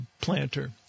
planter